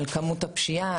על כמות הפשיעה,